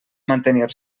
mantenir